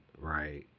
Right